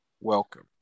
welcome